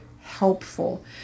helpful